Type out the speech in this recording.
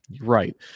Right